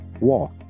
walk